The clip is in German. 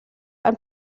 ein